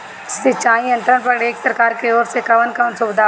सिंचाई यंत्रन पर एक सरकार की ओर से कवन कवन सुविधा बा?